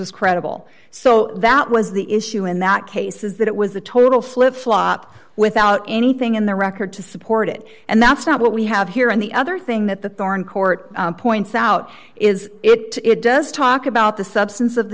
was credible so that was the issue in that case is that it was a total flip flop without anything in the record to support it and that's not what we have here and the other thing that the current court points out is it does talk about the substance of the